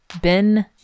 Ben